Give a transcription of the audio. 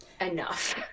enough